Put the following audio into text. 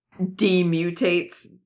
demutates